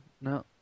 no